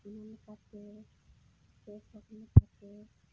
ᱚᱱᱟ ᱞᱮᱠᱟᱛᱮ ᱯᱮ ᱛᱷᱚᱠ ᱞᱮᱠᱟᱛᱮ